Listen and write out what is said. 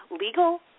legal